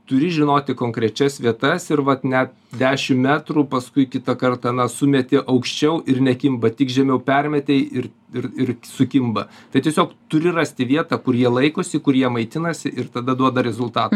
turi žinoti konkrečias vietas ir vat net dešim metrų paskui kitą kartą na sumeti aukščiau ir nekimba tik žemiau permetei ir ir ir sukimba tai tiesiog turi rasti vietą kur jie laikosi kur jie maitinasi ir tada duoda rezulta